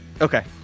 Okay